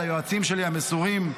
ליועצים שלי המסורים,